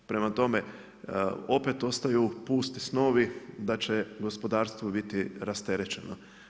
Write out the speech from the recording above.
Prema tome, opet ostaju pusti snovi da će gospodarstvo biti rasterećeno.